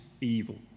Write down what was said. evil